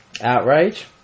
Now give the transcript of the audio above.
outrage